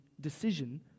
decision